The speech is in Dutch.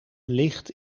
ligt